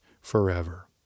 forever